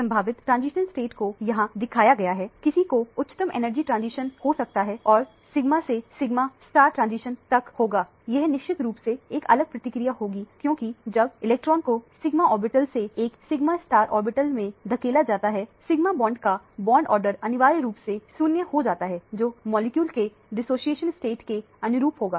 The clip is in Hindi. संभावित ट्रांजिशन स्टेट को यहां दिखाया गया है किसी को उच्चतम एनर्जी ट्रांजिशन हो सकता है जो सिग्मा से sigma star transition sigma transition तक होगा यह निश्चित रूप से एक अलग प्रक्रिया होगी क्योंकि जब इलेक्ट्रॉन को सिग्मा ऑर्बिटल से एक सिग्मा स्टार ऑर्बिटल में धकेल दिया जाता है सिग्मा बॉन्ड का बॉन्ड ऑर्डर अनिवार्य रूप से 0 हो जाता है जो मॉलिक्यूल के डिसोसिएशन स्टेट के अनुरूप होगा